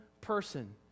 person